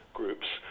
groups